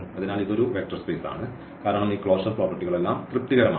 അതിനാൽ ഇത് ഒരു വെക്റ്റർ സ്പേസ് ആണ് കാരണം ഈ ക്ലോഷർ പ്രോപ്പർട്ടികളെല്ലാം തൃപ്തികരമാണ്